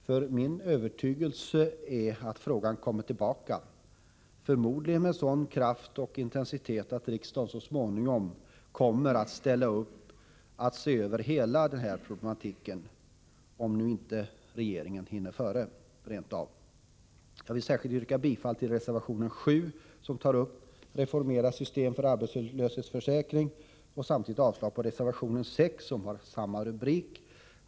För min övertygelse är att frågan kommer tillbaka, förmodligen med sådan kraft och intensitet att riksdagen så småningom kommer att se över hela den här problematiken — om nu inte regeringen rent av hinner före. Jag vill särskilt yrka bifall till reservation 7 om ett reformerat system för arbetslöshetsersättning och samtidigt avslag på reservation 6, som har samma rubrik.